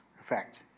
effect